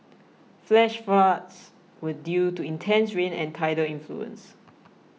flash floods were due to intense rain and tidal influence